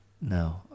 no